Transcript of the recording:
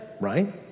right